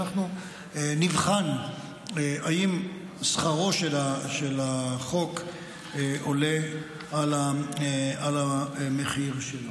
אנחנו נבחן אם שכרו של החוק עולה על המחיר שלו.